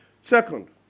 Second